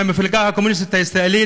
המפלגה הקומוניסטית הישראלית,